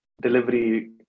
delivery